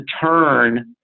turn